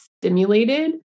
stimulated